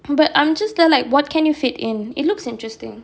but I'm just there like what can you fit in it looks interesting